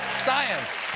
science!